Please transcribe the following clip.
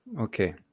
okay